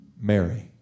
Mary